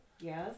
Yes